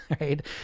right